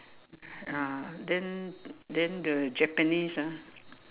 ah then then the Japanese ah